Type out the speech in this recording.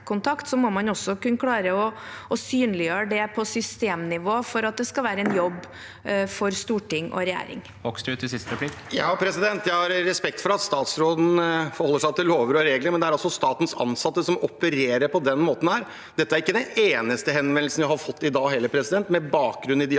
må man også kunne klare å synliggjøre det på systemnivå for at det skal være en jobb for storting og regjering. Bård Hoksrud (FrP) Jeg har respekt for at statsråden forholder seg til lover og regler, men det er altså statens ansatte som opererer på denne måten. Dette er ikke den eneste henvendelsen vi har fått i dag heller, med bakgrunn i de